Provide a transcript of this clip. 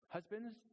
Husbands